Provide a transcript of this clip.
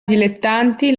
dilettanti